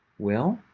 well,